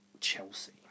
Chelsea